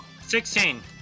Sixteen